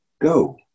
Go